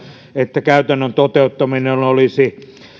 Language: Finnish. että käytännön toteuttaminen olisi